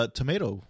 tomato